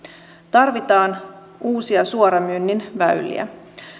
tarvitaan uusia suoramyynnin väyliä